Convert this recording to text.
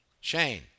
Shane